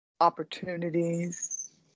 opportunities